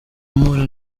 mpura